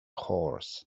horse